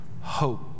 hope